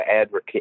advocate